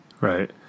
Right